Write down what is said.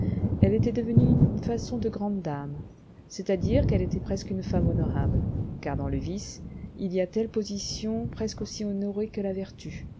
elle était devenue une façon de grande dame c'est-à-dire qu'elle était presque une femme honorable car dans le vice il y a telle position presque aussi honorée que la vertu